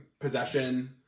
possession